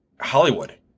Hollywood